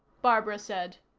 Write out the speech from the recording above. barbara said.